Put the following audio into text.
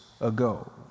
ago